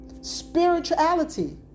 spirituality